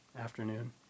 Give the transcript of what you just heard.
afternoon